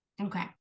okay